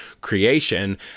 creation